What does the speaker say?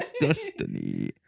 destiny